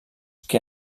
que